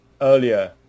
earlier